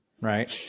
Right